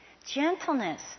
Gentleness